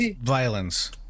violence